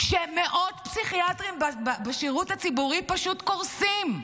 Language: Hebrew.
כשמאות פסיכיאטרים בשירות הציבורי פשוט קורסים,